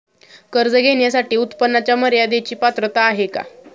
कर्ज घेण्यासाठी उत्पन्नाच्या मर्यदेची पात्रता आहे का?